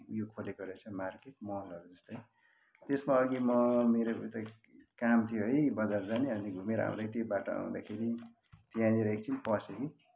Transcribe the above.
यो खोलेको रहेछ मार्केट महलहरू जस्तै त्यसमा अघि म मेरो एउटा काम थियो है बजार जाने अनि घुमेर आउँदा त्यही बाटो आउँदाखेरि त्यहाँनिर एकछिन पसेँ कि